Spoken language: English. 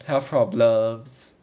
health problems